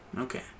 Okay